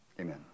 Amen